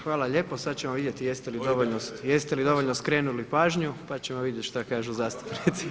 Hvala lijepo, sad ćemo vidjeti jeste li dovoljno skrenuli pažnju pa ćemo vidjeti što kažu zastupnici.